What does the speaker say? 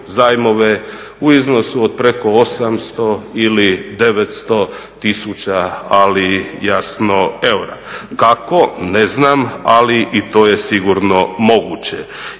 u iznosu od preko 800 ili 900 tisuća, ali jasno eura. Kako? Ne znam, ali i to je sigurno moguće.